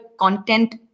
content